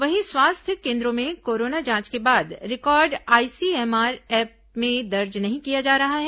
वहीं स्वास्थ्य केन्द्रों में कोरोना जांच के बाद रिकॉर्ड आईसीएमआर ऐप में दर्ज नहीं किया जा रहा है